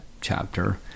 chapter